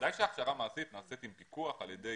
בוודאי שההכשרה המעשית נעשית עם פיקוח על ידי